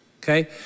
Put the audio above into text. okay